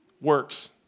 works